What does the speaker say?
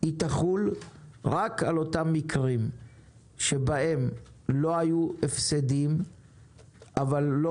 היא תחול רק על אותם מקרים שבהם לא היו הפסדים אבל לא